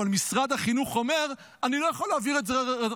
אבל משרד החינוך אומר: אני לא יכול להעביר את זה רטרואקטיבית.